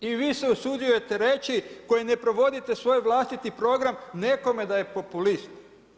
I vi se usuđujete reći koji ne provodite svoj vlastiti program nekome da je populist.